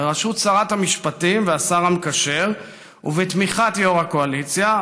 בראשות שרת המשפטים והשר המקשר ובתמיכת יו"ר הקואליציה,